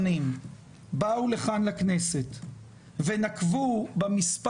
ובוודאי גם נכונים למרחב הכפרי.